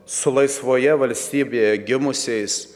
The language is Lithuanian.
su laisvoje valstybėje gimusiais